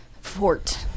fort